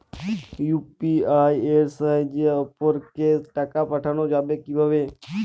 UPI এর সাহায্যে অপরকে টাকা পাঠানো যাবে কিভাবে?